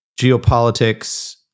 geopolitics